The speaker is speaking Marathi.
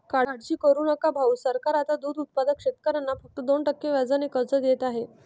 काळजी करू नका भाऊ, सरकार आता दूध उत्पादक शेतकऱ्यांना फक्त दोन टक्के व्याजाने कर्ज देत आहे